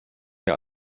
mir